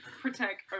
protect